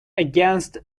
against